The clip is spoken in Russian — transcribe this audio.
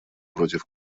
против